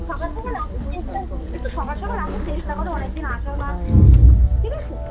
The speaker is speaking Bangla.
সকাল সকাল আসার চেষ্টা একটু সকাল সকাল আসার চেষ্টা করো অনেক দিন আসো না ঠিক আছে